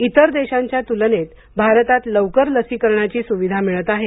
इतर देशांच्या तुलनेत भारतात लवकर लसीकरणाची सुविधा मिळत आहे